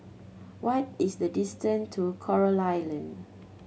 what is the distant to Coral Island